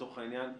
לצורך העניין,